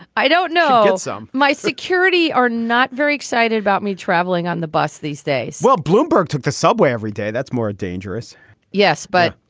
i don't know. so my security are not very excited about me traveling on the bus these days well, bloomberg took the subway every day. that's more dangerous yes, but